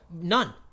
none